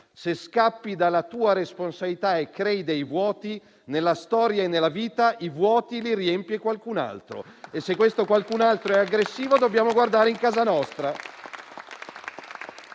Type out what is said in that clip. si scappa dalla propria responsabilità e si creano dei vuoti, nella storia e nella vita i vuoti li riempie qualcun altro e, se questo qualcun altro è aggressivo, dobbiamo guardare in casa nostra